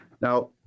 Now